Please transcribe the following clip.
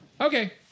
Okay